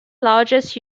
largest